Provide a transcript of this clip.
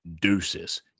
deuces